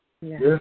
Yes